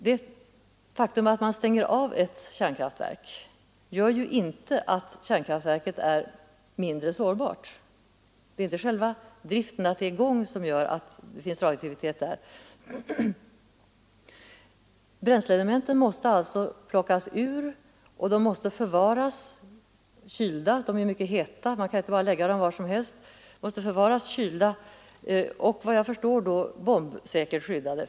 Det faktum att man stänger av ett kärnkraftverk gör inte att kärnkraftverket är mindre sårbart. Bränsleelementen måste plockas ur. De är mycket heta och kan inte läggas var som helst, utan de måste förvaras kylda.